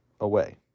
away